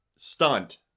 stunt